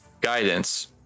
guidance